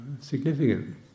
significant